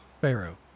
Pharaoh